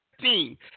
team